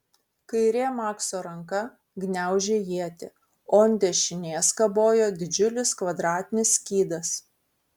kairė makso ranka gniaužė ietį o ant dešinės kabojo didžiulis kvadratinis skydas